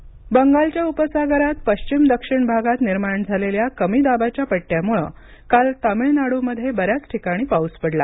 तामिळनाडू पाऊस बंगालच्या उपसागरात पश्चिम दक्षिण भागात निर्माण झालेल्या कमी दाबाच्या पट्टयामुळे काल तामिळनाडूमध्ये बऱ्याच ठिकाणी पाऊस पडला